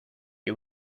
que